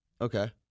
Okay